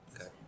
Okay